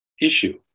issue